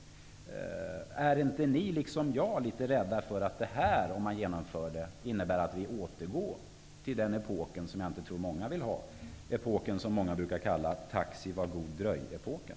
Är inte ni, som jag, rädda för att dessa förslag, om de genomförs, innebär en återgång till den tidigare epoken? Jag tror inte att någon vill ha tillbaka den. Det var alltså ''Taxi, var god dröj''-epoken.